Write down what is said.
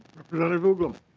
representative uglem